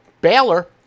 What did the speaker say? Baylor